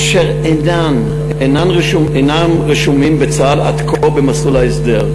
אשר אינם רשומים בצה"ל עד כה במסלול ההסדר.